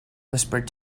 whispered